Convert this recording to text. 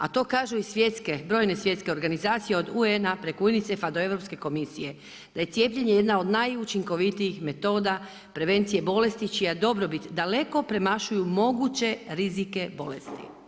A to kažu i svjetske, brojne svjetske organizacije od UN-a, preko Unicefa do Europske komisije da je cijepljenje jedna od najučinkovitijih metoda prevencije bolesti čija dobrobit daleko premašuju moguće rizike bolesti.